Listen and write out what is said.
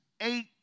eight